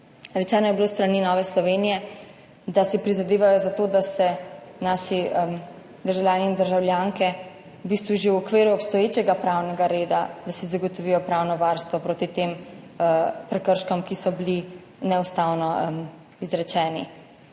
Rečeno je bilo s strani Nove Slovenije, da si prizadevajo za to, da si naši državljani in državljanke v bistvu že v okviru obstoječega pravnega reda zagotovijo pravno varstvo proti tem prekrškom, ki so bili neustavno izrečeni.